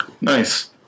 Nice